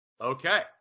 Okay